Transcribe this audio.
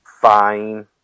fine